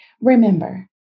remember